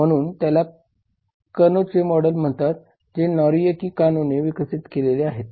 म्हणून याला कनोचे मॉडेल म्हणतात जे नोरियाकी कानोने विकसित केले आहे